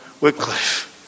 Wycliffe